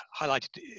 highlighted